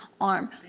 arm